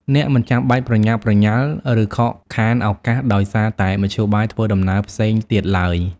អ្នកមិនចាំបាច់ប្រញាប់ប្រញាល់ ឬខកខានឱកាសដោយសារតែមធ្យោបាយធ្វើដំណើរផ្សេងទៀតឡើយ។